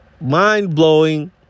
Mind-blowing